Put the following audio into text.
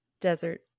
desert